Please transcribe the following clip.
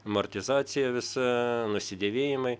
amortizacija visa nusidėvėjimai